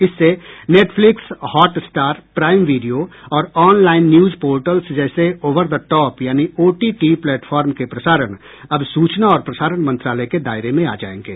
इससे Netflix Hotstar Prime Video और online news portals जैसे ओवर द टॉप यानी ओटीटी प्लेटफार्म के प्रसारण अब सूचना और प्रसारण मंत्रालय के दायरे में आ जाएंगे